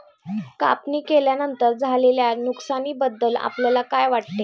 कापणी केल्यानंतर झालेल्या नुकसानीबद्दल आपल्याला काय वाटते?